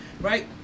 Right